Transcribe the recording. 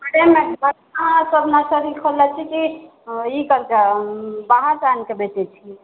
अहाँ अपने नर्सरी खोलने छी कि ई करिके बाहरसँ आनि कऽ बेचए छी